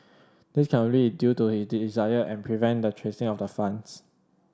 this can only is due to his desire and prevent the tracing of the funds